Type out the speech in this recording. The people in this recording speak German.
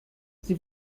sie